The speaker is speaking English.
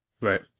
right